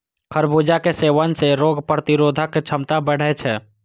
खरबूजा के सेवन सं रोग प्रतिरोधक क्षमता बढ़ै छै